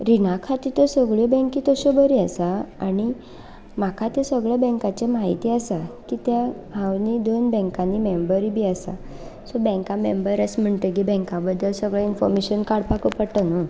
रिणा खातीर तर सगल्यो बँकी तश्यो बऱ्यो आसा आनी म्हाका त्यो बँकाची माहिती आसा किद्या हांव न्ही दोन बँकांनी मेंबर बी आसा सो बँका मेंबर आसा म्हणटगीर बँका बद्दल सगलें इनफोमेशन काडपाकू पडटा न्हू